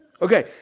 Okay